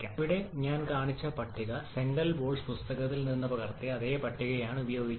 ഇവിടെ ഞാൻ കാണിച്ച പട്ടിക ഞാൻ സെംഗൽ ബോലെസ് പുസ്തകത്തിൽ നിന്ന് പകർത്തിയ അതേ പട്ടികയാണ് ഉപയോഗിക്കുന്നത്